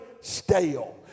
stale